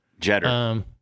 jetter